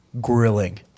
grilling